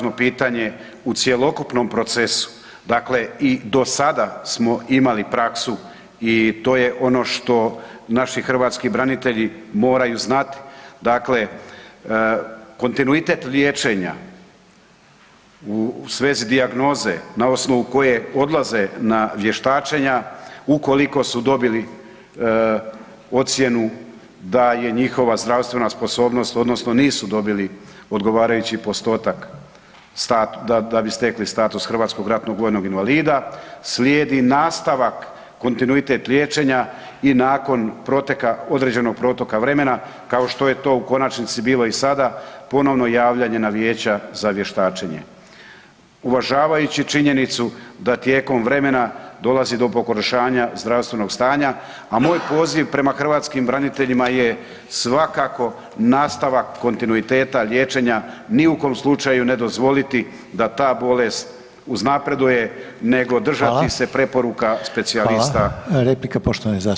Ovo je iznimno važno pitanje u cjelokupnom procesu, dakle i do sada smo imali praksu i to je ono što naši hrvatski branitelji moraju znati, dakle kontinuitet liječenja u svezi dijagnoze na osnovu koje odlaze na vještačenja, ukoliko su dobili ocjenu da je njihova zdravstvena sposobnost odnosno nisu dobili odgovarajući postotak statusa da bi stekli status hrvatskog ratnog vojnog invalida, slijedi nastavak kontinuitet liječenja i nakon proteka određenog protoka vremena, kao što je to u konačnici bilo i sada, ponovno javljanje na vijeća za vještačenje, uvažavajući činjenicu da tijekom vremena dolazi do pogoršanja zdravstvenog stanja a moj poziv prema hrvatskim braniteljima je svakako nastavak kontinuiteta liječenja, ni u kom slučaju ne dozvoliti da ta bolest uznapreduje nego držati se preporuka specijalista.